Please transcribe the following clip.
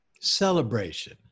celebration